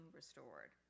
restored